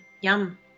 Yum